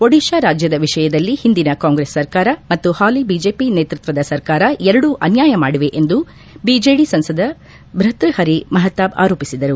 ಓಡಿತಾ ರಾಜ್ಯದ ವಿಷಯದಲ್ಲಿ ಹಿಂದಿನ ಕಾಂಗ್ರೆಸ್ ಸರ್ಕಾರ ಮತ್ತು ಹಾಲಿ ಬಿಜೆಒ ನೇತೃತ್ವದ ಸರ್ಕಾರ ಎರಡೂ ಅನ್ಲಾಯ ಮಾಡಿವೆ ಎಂದು ಬಿಜೆಡಿ ಸಂಸದ ಭತ್ವಹರಿ ಮಹತಾಬ್ ಆರೋಪಿಸಿದರು